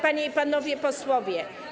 Panie i Panowie Posłowie!